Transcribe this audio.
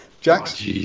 Jax